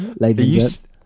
ladies